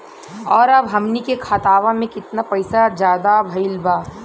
और अब हमनी के खतावा में कितना पैसा ज्यादा भईल बा?